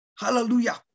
Hallelujah